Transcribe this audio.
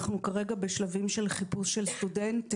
אנחנו כרגע בשלבים של חיפוש של סטודנט.